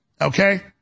Okay